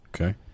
Okay